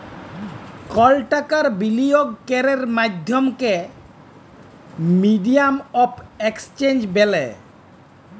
call টাকার বিলিয়গ ক্যরের মাধ্যমকে মিডিয়াম অফ এক্সচেঞ্জ ব্যলে